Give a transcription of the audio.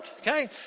okay